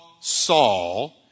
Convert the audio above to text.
Saul